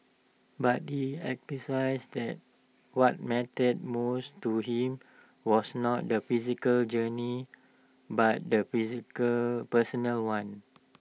but he emphasised that what mattered most to him was not the physical journey but the physical personal one